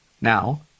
Now